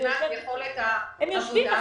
מבחינת יכולת העבודה,